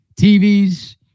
TVs